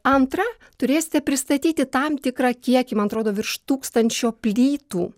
antra turėsite pristatyti tam tikrą kiekį man atrodo virš tūkstančio plytų